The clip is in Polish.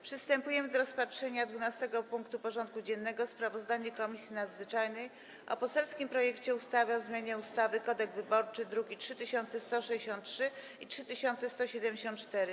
Przystępujemy do rozpatrzenia punktu 12. porządku dziennego: Sprawozdanie Komisji Nadzwyczajnej o poselskim projekcie ustawy o zmianie ustawy Kodeks wyborczy (druki nr 3163 i 3174)